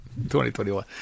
2021